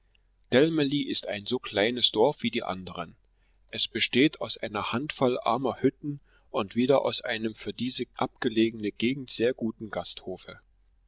ist ein so kleines dorf wie die anderen es besteht aus einer handvoll armer hütten und wieder aus einem für diese abgelegene gegend sehr guten gasthofe